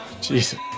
Jesus